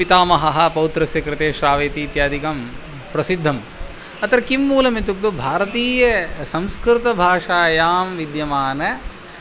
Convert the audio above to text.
पितामहः पौत्रस्य कृते श्रावयति इत्यादिकं प्रसिद्धम् अत्र किं मूलमित्युक्तौ भारतीयसंस्कृतभाषायां विद्यमान